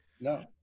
No